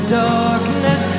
darkness